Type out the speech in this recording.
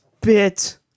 bit